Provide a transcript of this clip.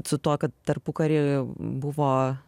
su tuo kad tarpukary buvo